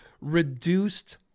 reduced